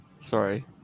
Sorry